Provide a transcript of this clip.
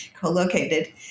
co-located